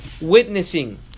witnessing